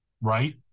right